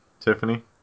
Tiffany